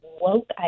woke